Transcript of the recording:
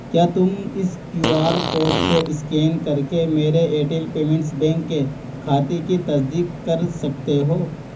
کیا تم اس کیو آر کوڈ کو اسکین کر کے میرے ایئرٹیل پیمنٹس بینک کے کھاتے کی تصدیق کر سکتے ہو